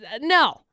no